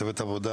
צוות עבודה,